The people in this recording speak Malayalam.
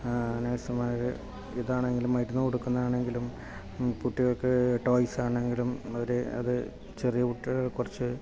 നർസുമാർ ഇതാണെങ്കിലും മരുന്നുകൊടുക്കുന്നതാണെങ്കിലും കുട്ടികൾക്ക് ടോയ്സ് ആണെങ്കിലും അവർ അത് ചെറിയ കുട്ടികൾക്ക് കുറച്ച് ഇതായിക്കഴിഞ്ഞാൽ